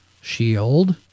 Shield